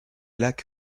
lac